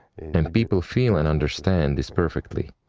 and people feel and understand this perfectly.